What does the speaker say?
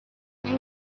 این